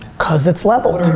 cause it's leveled.